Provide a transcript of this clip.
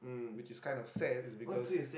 which is kind of sad is because